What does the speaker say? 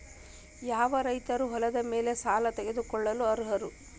ಯಾವ ರೈತರು ಹೊಲದ ಮೇಲೆ ಸಾಲ ತಗೊಳ್ಳೋಕೆ ಅರ್ಹರು?